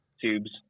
tubes